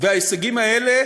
וההישגים האלה